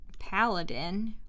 paladin